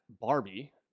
Barbie